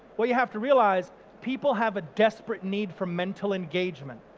well you have to realise people have a desperate need for mental engagement.